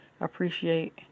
appreciate